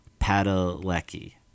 padalecki